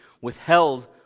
withheld